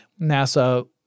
NASA